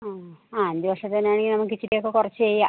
ആണോ ആ അഞ്ച് വർഷത്തേക്കാണെങ്കിൽ നമുക്ക് ഇച്ചിരിയൊക്ക കുറച്ചു ചെയ്യാം